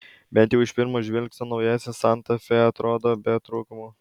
bent jau iš pirmo žvilgsnio naujasis santa fe atrodo be trūkumų